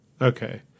Okay